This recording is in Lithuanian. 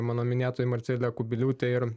mano minėtoji marcelė kubiliūtė ir